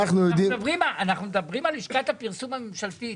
אנחנו מדברים על לשכת הפרסום הממשלתית,